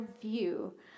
view